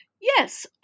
Yes